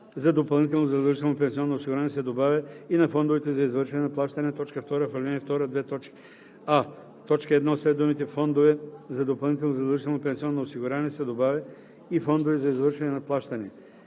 за допълнително задължително пенсионно осигуряване“ се добавя „и на фонд за извършване на плащания“.